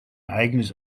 eigenes